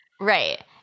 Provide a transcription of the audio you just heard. Right